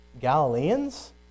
Galileans